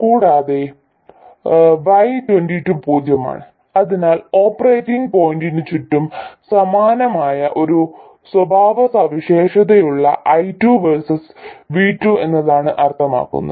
കൂടാതെ y22 പൂജ്യമാണ് അതിനാൽ ഓപ്പറേറ്റിംഗ് പോയിന്റിന് ചുറ്റും സമാനമായ ഒരു സ്വഭാവസവിശേഷതയുള്ള I2 വേഴ്സസ് V2 എന്നാണ് അർത്ഥമാക്കുന്നത്